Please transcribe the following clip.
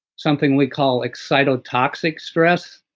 something we call excitotoxic stress,